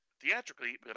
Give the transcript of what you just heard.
theatrically